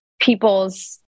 people's